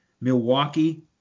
Milwaukee